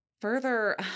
Further